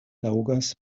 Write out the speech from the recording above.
taŭgas